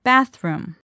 Bathroom